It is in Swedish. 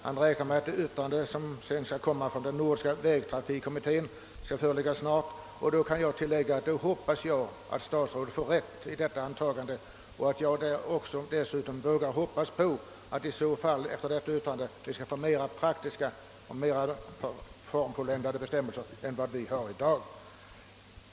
Han räknar med att yttrandet från den nordiska vägtrafikkommit tén snart skall föreligga. Jag hoppas att statsrådet får rätt i detta antagande och att vi efter detta yttrande skall få mer praktiska och mer formfulländade bestämmelser än vad vi har i dag.